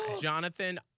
Jonathan